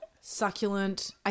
Succulent